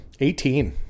18